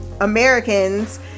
americans